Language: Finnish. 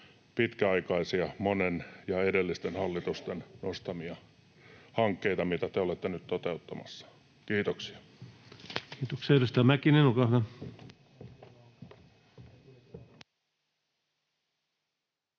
pitkäaikaisia, monen edellisen hallituksen nostamia hankkeita, mitä te olette nyt toteuttamassa. — Kiitoksia. [Ilkka Kanerva: